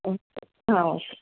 ಊಂ ಹಾಂ ಓಕೆ